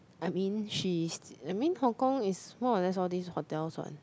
I mean she's I mean Hong-Kong is more or less all these hotels [what]